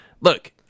Look